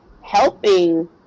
helping